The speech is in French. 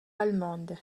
allemande